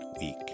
week